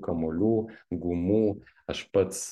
kamuolių gumų aš pats